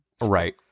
Right